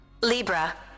Libra